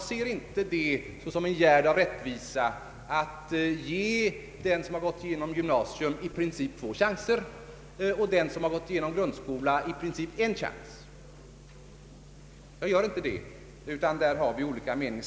Jag ser inte det som en gärd av rättvisa att ge den som gått igenom gymnasium i princip två chanser och den som gått igenom grundskola i princip en chans. Därvidlag har vi olika mening.